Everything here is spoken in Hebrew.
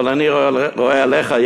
אבל אני רואה עליך,